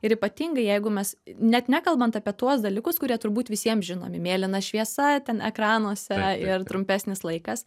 ir ypatingai jeigu mes net nekalbant apie tuos dalykus kurie turbūt visiems žinomi mėlyna šviesa ten ekranuose ir trumpesnis laikas